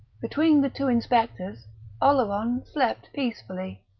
between the two inspectors oleron slept peacefully.